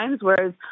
whereas